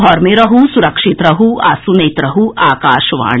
घर मे रहू सुरक्षित रहू आ सुनैत रहू आकाशवाणी